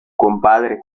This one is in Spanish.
compadre